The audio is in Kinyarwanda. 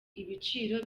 ibiciro